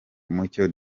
mucyo